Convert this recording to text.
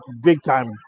big-time